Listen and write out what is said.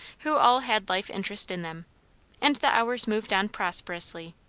who all had life interest in them and the hours moved on prosperously.